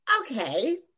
okay